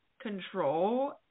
control